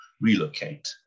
relocate